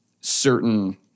certain